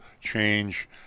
change